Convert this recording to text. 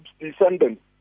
descendants